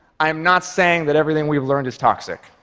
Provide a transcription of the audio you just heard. i am not saying that everything we have learned is toxic.